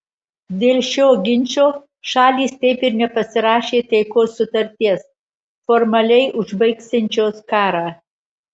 dėl šio ginčo šalys taip ir nepasirašė taikos sutarties formaliai užbaigsiančios karą